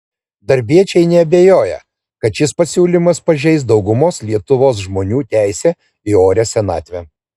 darbiečiai neabejoja kad šis pasiūlymas pažeis daugumos lietuvos žmonių teisę į orią senatvę